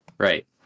Right